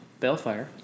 Bellfire